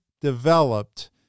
developed